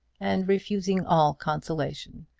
and refusing all consolation.